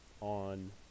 on